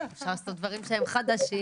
אפשר לעשות דברים שהם חדשים,